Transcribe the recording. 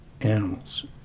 animals